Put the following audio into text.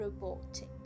robotic